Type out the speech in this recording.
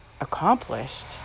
accomplished